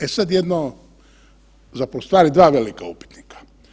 E sad jedno, zapravo u stvari dva velika upitnika.